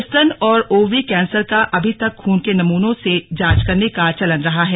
स्तन और ovary cancer का अभी तक खून के नमूनों से जांच करने का चलन रहा है